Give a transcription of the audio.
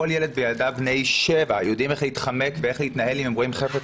כל ילד וילדה בני 7 יודעים איך להתחמק ואיך להתנהל אם הם רואים חפץ